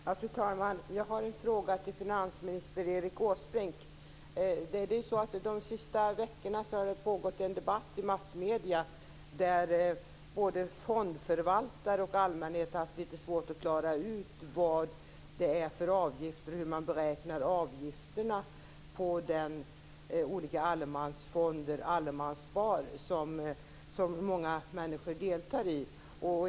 Fru talman! Jag har en fråga till finansminister Erik Åsbrink. De senaste veckorna har det pågått en debatt i massmedierna där både fondförvaltare och allmänhet haft litet svårt att klara ut vilka avgifterna är och hur de beräknas på de olika allemansfonder och allemanssparanden som många människor deltar i.